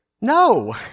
No